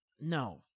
No